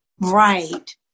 Right